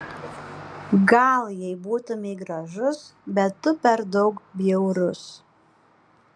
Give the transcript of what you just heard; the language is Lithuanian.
gal jei būtumei gražus bet tu per daug bjaurus